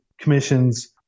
Commission's